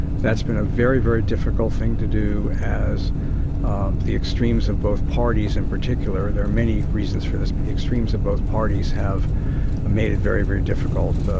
that's been a very, very difficult thing to do as um the extremes of both parties in particular there are many reasons for this but the extremes of both parties have made it very, very difficult.